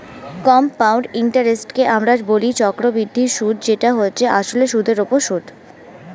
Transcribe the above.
compound ইন্টারেস্টকে আমরা বলি চক্রবৃদ্ধি সুদ যেটা হচ্ছে আসলে সুদের উপর সুদ